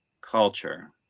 culture